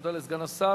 תודה לסגן השר.